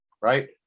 right